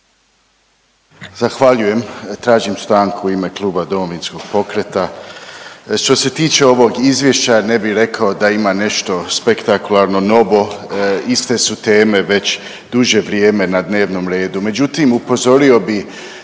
Zahvaljujem. Tražim stanku u ime Kluba Domovinskog pokreta. Što se tiče ovog izvješća ne bi rekao da ima nešto spektakularno novo, iste su teme već duže vrijeme na dnevnom redu.